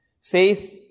Faith